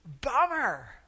Bummer